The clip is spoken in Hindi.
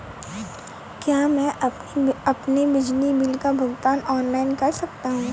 क्या मैं अपने बिजली बिल का भुगतान ऑनलाइन कर सकता हूँ?